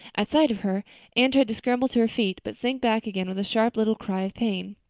at sight of her anne tried to scramble to her feet, but sank back again with a sharp little cry of pain.